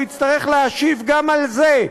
הוא יצטרך להשיב גם על זה,